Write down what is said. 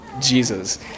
Jesus